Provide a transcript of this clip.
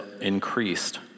increased